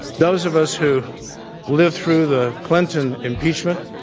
those of us who lived through the clinton impeachment,